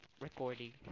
recording